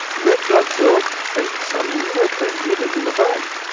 red blood cells and some neurotransmitters in the brain.